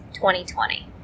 2020